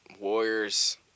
Warriors